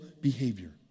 behavior